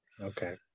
okay